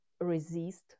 resist